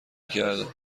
کردم